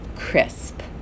Crisp